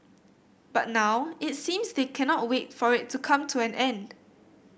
but now it seems they cannot wait for it to come to an end